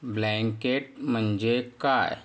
blanket म्हणजे काय